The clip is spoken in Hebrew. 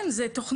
כן.